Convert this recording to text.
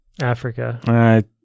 Africa